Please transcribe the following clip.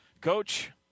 Coach